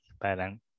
Parang